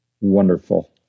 wonderful